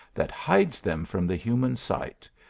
that hides them from the human sight,